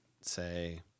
say